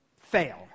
fail